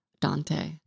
Dante